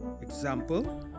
example